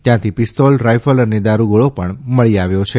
ત્યાંથી pistol rifle અને દારૂગોળો મળી આવ્યો છે